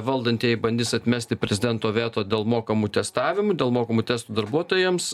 valdantieji bandys atmesti prezidento veto dėl mokamų testavimų dėl mokamų testų darbuotojams